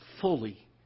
fully